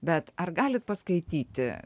bet ar galit paskaityti